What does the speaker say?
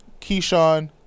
Keyshawn